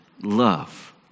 love